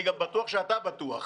אני גם בטוח שאתה בטוח.